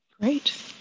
Great